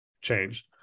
change